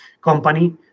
company